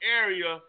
area